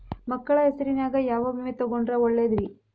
ಮಕ್ಕಳ ಹೆಸರಿನ್ಯಾಗ ಯಾವ ವಿಮೆ ತೊಗೊಂಡ್ರ ಒಳ್ಳೆದ್ರಿ?